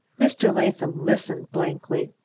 mr. latham listened blankly.